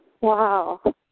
Wow